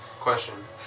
Question